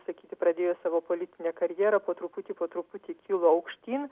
sakyti pradėjo savo politinę karjerą po truputį po truputį kilo aukštyn